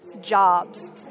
jobs